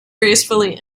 gracefully